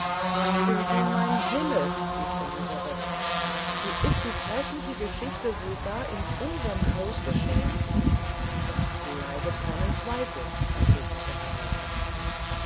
o du himmel rief elisabeth so ist die gräßliche geschichte wohl gar in unserm hause geschehen es leidet keinen zweifel entgegnete herr wolfgang